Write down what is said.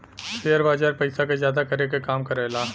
share बाजार पइसा क जादा करे क काम करेला